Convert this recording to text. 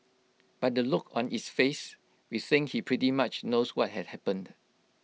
by the look on its face we think he pretty much knows what had happened